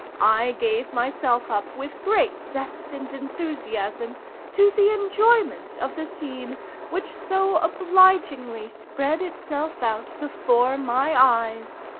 i gave myself up with great zest and enthusiasm to the enjoyment of the scene which so obligingly spread itself out before my eyes.